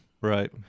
Right